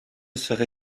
serai